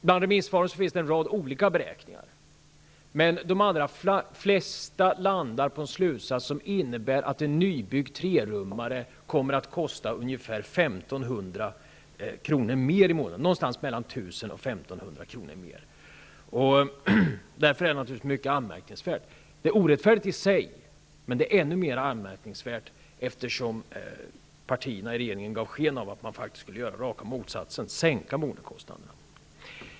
Bland remissvaren finns det en rad olika beräkningar, men de allra flesta remissinstanser landar på en slutsats som innebär att en nybyggd trerummare kommer att kosta någonstans mellan 1 000 och 1 500 kr. mer i månaden. Detta är naturligtvis mycket anmärkningsvärt. Det är orättfärdigt i sig. Men det är ännu mer anmärkningsvärt, eftersom partierna i regeringen gav sken av att man skulle åstadkomma raka motsatsen, dvs. sänka boendekostnaderna.